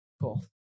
Cool